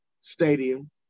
Stadium